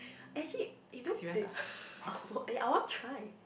actually eh don't they oh eh I want try